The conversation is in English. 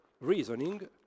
reasoning